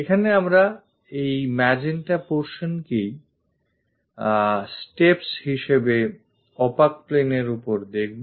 এখানে আমরা magenta portion কেই steps হিসেবে সেই opaque planeএর ওপর দেখব